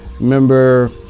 remember